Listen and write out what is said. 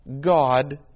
God